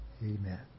Amen